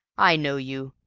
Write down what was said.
i know you.